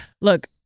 Look